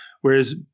Whereas